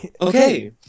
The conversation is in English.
Okay